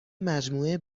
مجموعه